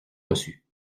reçue